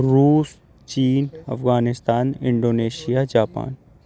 روس چین Afghanistan Indonesia Japan